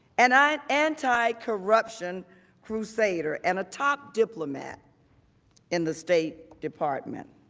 and ah an anticorruption crusader, and a top diplomat in the state department.